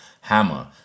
hammer